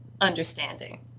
understanding